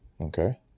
Okay